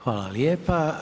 Hvala lijepa.